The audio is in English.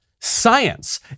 science